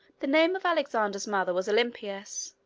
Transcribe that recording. the name of alexander's mother was olympias.